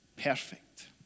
perfect